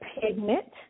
pigment